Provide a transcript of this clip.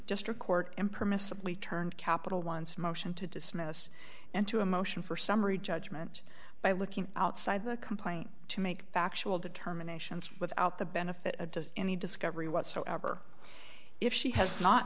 district court impermissibly turned capital once motion to dismiss and to a motion for summary judgment by looking outside the complaint to make factual determination without the benefit of any discovery whatsoever if she has not